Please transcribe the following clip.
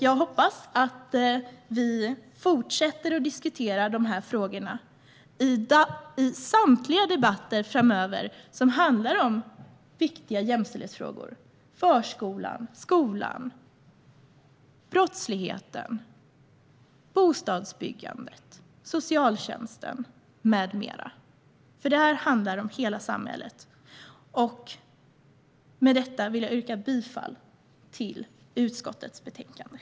Jag hoppas att vi fortsätter att diskutera dessa frågor i samtliga debatter framöver som handlar om viktiga jämställdhetsfrågor - förskolan, skolan, brottsligheten, bostadsbyggandet, socialtjänsten med mera. Detta handlar nämligen om hela samhället. Med detta vill jag yrka bifall till utskottets förslag i betänkandet.